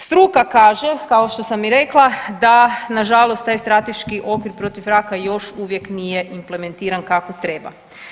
Struka kaže kao što sam i rekla da nažalost taj strateški okvir protiv raka još uvijek nije implementiran kako treba.